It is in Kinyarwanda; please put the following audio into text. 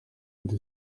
indi